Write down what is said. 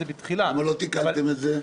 למה לא תיקנו את זה?